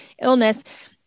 illness